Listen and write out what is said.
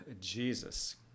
jesus